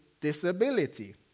disability